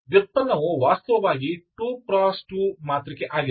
ಆದ್ದರಿಂದ ವ್ಯುತ್ಪನ್ನವು ವಾಸ್ತವವಾಗಿ 2×2 ಮಾತೃಕೆ ಆಗಿದೆ